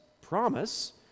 promise